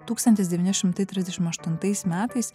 tūkstantis devyni šimtai trisdešimt aštuntais metais